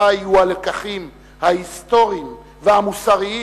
אזי יהיו הלקחים ההיסטוריים והמוסריים